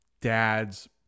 dad's